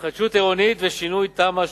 התחדשות עירונית ושינוי תמ"א 38: